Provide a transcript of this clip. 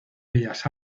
bellas